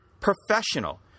professional